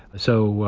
so,